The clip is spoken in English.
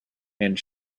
and